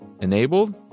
enabled